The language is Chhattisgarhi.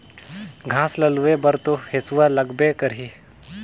घास ल लूए बर तो हेसुआ लगबे करही